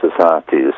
societies